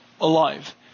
alive